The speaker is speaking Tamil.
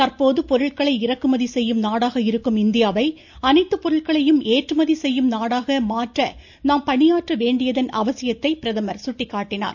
தற்போது பொருட்களை இறக்குமதி செய்யும் நாடாக இருக்கும் இந்தியாவை அனைத்து பொருட்களையும் ஏற்றுமதி செய்யும் நாடாக மாற்ற நாம் பணியாற்ற வேண்டியதன் அவசியத்தை சுட்டிக்காட்டினார்